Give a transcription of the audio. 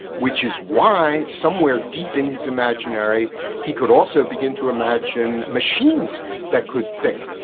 which is why somewhere deep in his imaginary he could also begin to imagine machines that could think.